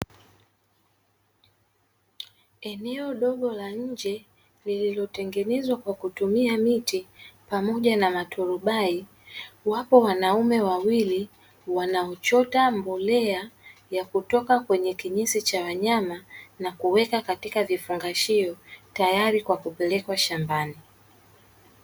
Eneo dogo la nje lililotengenezwa kwa kutumia miti pamoja na maturubai, wapo wanaume wawili wanaochota mbolea ya kutoka kwenye kinyesi cha wanyama na kuweka katika vifungashio, tayari kwa kupelekwa shambani.